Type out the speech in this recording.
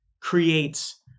creates